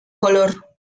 color